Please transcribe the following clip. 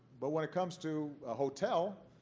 but when it comes to a hotel,